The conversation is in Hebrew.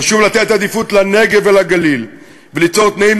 חשוב לתת עדיפות לנגב ולגליל וליצור תנאים